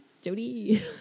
jody